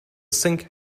sink